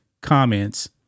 comments